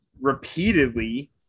repeatedly